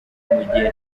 mugihe